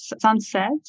sunset